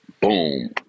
boom